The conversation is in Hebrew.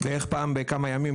בערך פעם בכמה ימים,